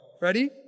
Ready